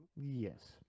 Yes